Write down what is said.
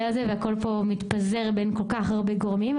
הזה והכל פה מתפזר בין כל כך הרבה גורמים.